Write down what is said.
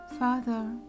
Father